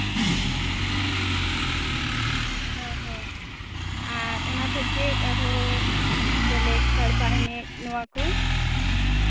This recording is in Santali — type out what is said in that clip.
ᱚ ᱦᱚ ᱟᱨ ᱚᱱᱟ ᱵᱷᱮᱜᱮᱫ ᱟᱨᱦᱚᱸ ᱡᱮᱞᱮᱠ ᱥᱟᱲᱯᱟ ᱮᱱᱮᱡᱽ ᱱᱚᱣᱟ ᱠᱚ